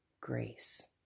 grace